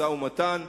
משא-ומתן,